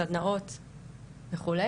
סדנאות וכו',